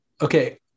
Okay